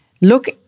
Look